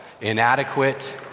inadequate